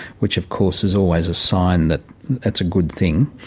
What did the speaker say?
which of course is always a sign that it's a good thing.